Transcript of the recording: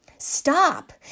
Stop